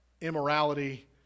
immorality